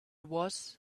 was